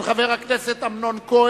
התשס"ט 2009,